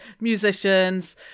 musicians